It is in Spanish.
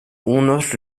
unos